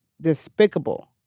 despicable